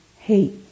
Hate